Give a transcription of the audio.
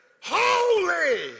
holy